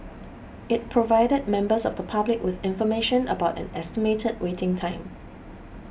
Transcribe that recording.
it provided members of the public with information about an estimated waiting time